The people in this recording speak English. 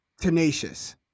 tenacious